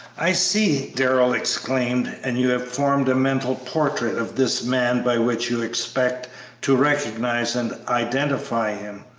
i see! darrell exclaimed and you have formed a mental portrait of this man by which you expect to recognize and identify him?